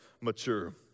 mature